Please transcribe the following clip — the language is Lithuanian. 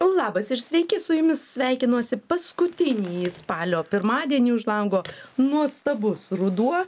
labas ir sveiki su jumis sveikinuosi paskutinį spalio pirmadienį už lango nuostabus ruduo